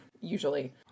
Usually